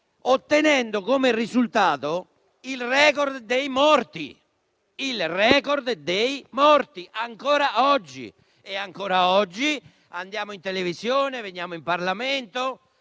ottenendo come risultato il *record* dei morti, ancora oggi. E ancora oggi andiamo in televisione e veniamo in Parlamento